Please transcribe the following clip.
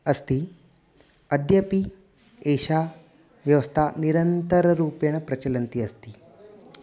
अस्ति अद्यापि एषा व्यवस्था निरन्तररूपेण प्रचलन्ती अस्ति